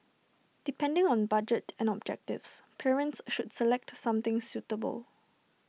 depending on budget and objectives parents should select something suitable